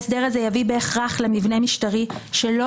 ההסדר הזה יביא בהכרח למבנה משטרי שלא